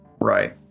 Right